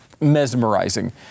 Mesmerizing